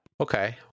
Okay